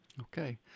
okay